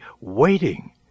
waiting